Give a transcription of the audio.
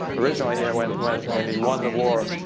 originally, you know when when and he won the war,